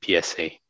PSA